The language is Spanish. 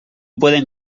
pueden